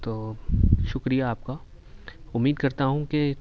تو شکریہ آپ کا امید کرتا ہوں کہ